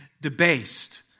debased